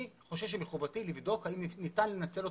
אני חושב שמחובתי לבדוק האם ניתן לנצל אותו,